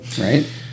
right